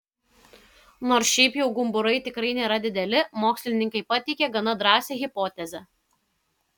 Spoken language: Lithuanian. nors šiaip jau gumburai tikrai nėra dideli mokslininkai pateikė gana drąsią hipotezę